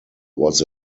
was